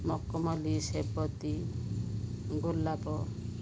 ମକୁମଲି ସେବତୀ ଗୋଲାପ